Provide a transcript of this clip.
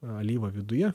alyvą viduje